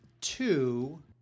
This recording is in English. two